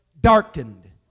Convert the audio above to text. darkened